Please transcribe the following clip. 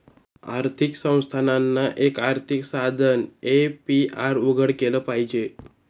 आर्थिक संस्थानांना, एक आर्थिक साधन ए.पी.आर उघडं केलं पाहिजे